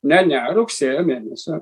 ne ne rugsėjo mėnesio